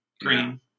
Green